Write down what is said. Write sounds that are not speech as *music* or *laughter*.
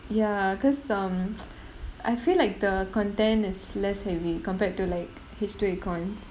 ya because um *noise* I feel like the content is less heavy compared to like history economics